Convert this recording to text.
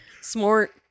Smart